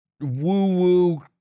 woo-woo